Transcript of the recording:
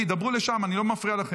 איך תמיד אני אחרי עופר?